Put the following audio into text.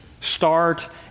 start